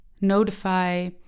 notify